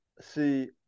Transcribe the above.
See